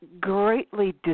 greatly